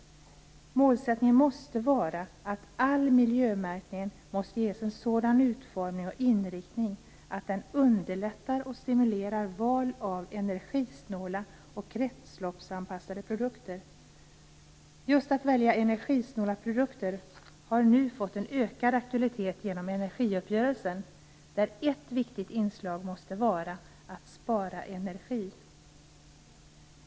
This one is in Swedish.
Målsättningen måste vara att all miljömärkning ges en sådan utformning och inriktning att den underlättar och stimulerar val av energisnåla och kretsloppsanpassade produkter. Just att välja energisnåla produkter är ju något som nu fått ökad aktualitet genom energiuppgörelsen. Ett viktigt inslag där måste vara att spara energi.